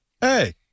Hey